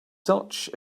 such